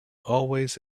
always